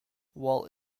while